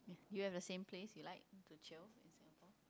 yeah do you have the same place you like to chill in Singapore